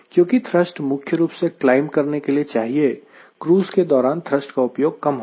क्योंकि थ्रस्ट मुख्य रूप से क्लाइंब करने के लिए चाहिए क्रूज़ के दौरान थ्रस्ट का उपयोग कम होगा